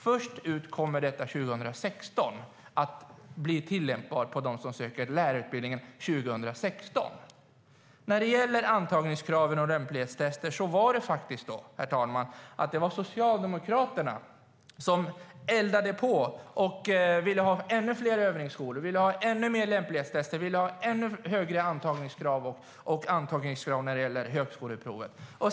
Först 2016 kommer det att bli tillämpbart på dem som söker lärarutbildningen då. När det gäller antagningskrav och lämplighetstester var det, herr talman, Socialdemokraterna som eldade på och ville ha ännu fler övningsskolor, ville ha ännu mer lämplighetstester, ville ha ännu högre antagningskrav via högskoleprovet.